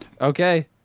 Okay